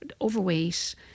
overweight